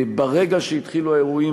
ברגע שהתחילו האירועים,